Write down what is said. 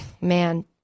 Man